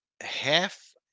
half